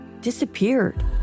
disappeared